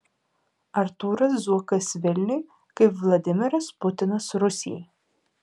artūras zuokas vilniui kaip vladimiras putinas rusijai